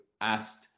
asked